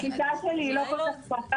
הקליטה שלי היא לא כל כך טובה.